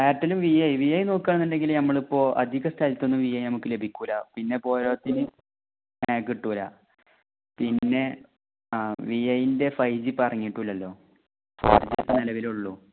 ഏർട്ടലും V I V I നോക്കുകയെന്നുണ്ടെങ്കിൽ നമ്മളിപ്പോൾ അധികസ്ഥലത്തൊന്നും വി ഐ നമുക്ക് ലഭിക്കൂല്ല പിന്നെ പോരാത്തതിന് കിട്ടൂല്ല പിന്നെ ആ വി ഐൻ്റെ ഫൈവ് ജി പറഞ്ഞിട്ടുമില്ലല്ലോ ഫോർ ജി ഇപ്പം നിലവിലുള്ളൂ